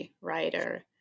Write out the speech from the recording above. writer